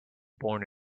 born